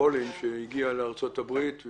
מפולין שהגיע לארצות הברית.